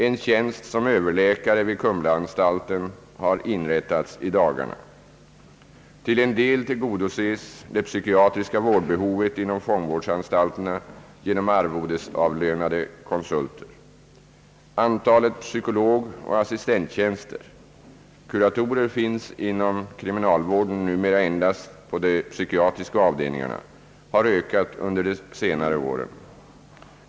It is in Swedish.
En tjänst som överläkare vid Kumlaanstalten har inrättats i dagarna, Till en del tillgodoses det psykiatriska vårdbehovet vid fångvårdsanstalterna genom arvodesavlönade konsulter. Antalet psykologoch assistenttjänster — kuratorer finns inom kriminalvården numera endast på de psykiatriska avdelningarna — har ökat under senare år.